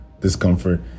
discomfort